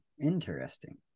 Interesting